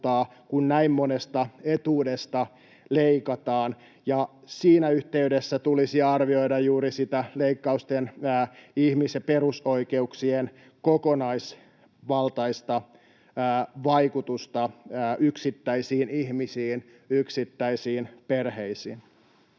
kun näin monesta etuudesta leikataan. Siinä yhteydessä tulisi arvioida juuri sitä leikkausten ihmis- ja perusoikeuksien kokonaisvaltaista vaikutusta yksittäisiin ihmisiin, yksittäisiin perheisiin.